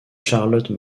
charlotte